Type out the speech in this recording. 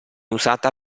usata